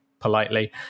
politely